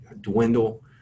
dwindle